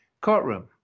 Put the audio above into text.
courtroom